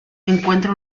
encuentra